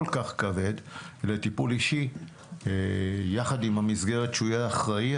כבד לטיפול אישי יחד עם המסגרת שהוא יהיה אחראי